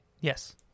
Yes